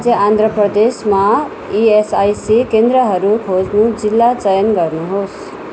राज्य आन्ध्र प्रदेशमा इएसआइसी केन्द्रहरू खोज्न जिल्ला चयन गर्नुहोस्